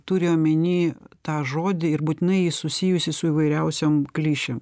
turi omeny tą žodį ir būtinai jį susijusį su įvairiausiom klišėm